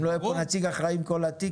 אם לא יהיה פה נציג אחראי עם כל התיק,